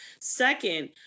Second